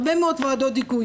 הרבה מאוד ועדות היגוי.